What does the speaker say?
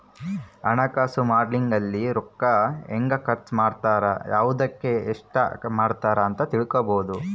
ಹಣಕಾಸು ಮಾಡೆಲಿಂಗ್ ಅಲ್ಲಿ ರೂಕ್ಕ ಹೆಂಗ ಖರ್ಚ ಮಾಡ್ತಾರ ಯವ್ದುಕ್ ಎಸ್ಟ ಮಾಡ್ತಾರ ಅಂತ ತಿಳ್ಕೊಬೊದು